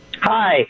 Hi